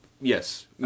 yes